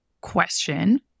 question